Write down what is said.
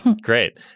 great